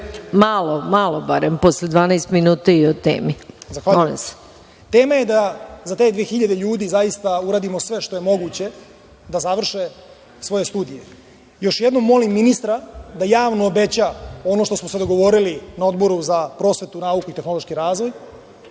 ali malo barem posle 12 minuta o temi. Molim vas. **Balša Božović** Tema je da za te 2000 ljudi zaista uradimo sve što je moguće da završe svoje studije. Još jednom molim ministra da javno obeća ono što smo se dogovorili na Odboru za prosvetu, nauku i tehnološki razvoj